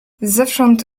zewsząd